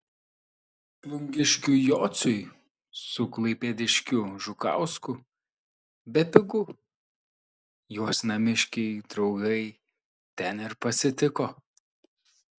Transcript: plungiškiui jociui su klaipėdiškiu žukausku bepigu juos namiškiai draugai ten ir pasitiko